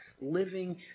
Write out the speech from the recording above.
living